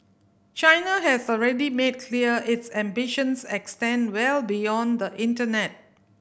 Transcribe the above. China has already made clear its ambitions extend well beyond the internet